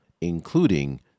including